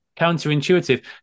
counterintuitive